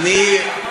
איך הצלחת?